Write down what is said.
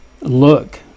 look